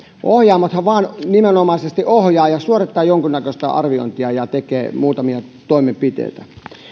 ohjaamothan vain nimenomaisesti ohjaavat suorittavat jonkunnäköistä arviointia ja tekevät muutamia toimenpiteitä